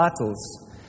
titles